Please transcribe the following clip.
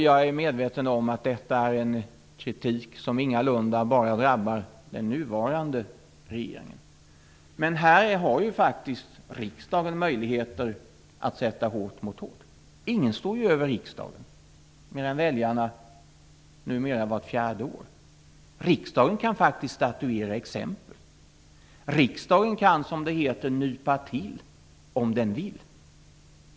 Jag är medveten om att detta är en kritik som ingalunda bara drabbar den nuvarande regeringen, men här har faktiskt riksdagen möjligheten att sätta hårt mot hårt. Ingen står ju över riksdagen mer än väljarna; numera vart fjärde år. Riksdagen kan faktiskt statuera exempel. Riksdagen kan, som det heter, nypa till om den vill.